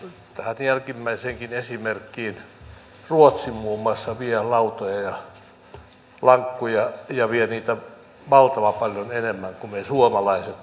ruotsi muun muassa vie lautoja ja lankkuja ja vie niitä valtavan paljon enemmän kuin me suomalaiset